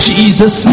Jesus